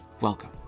Welcome